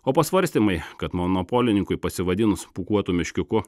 o pasvarstymai kad monopolininkui pasivadinus pūkuotu meškiuku